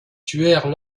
tuèrent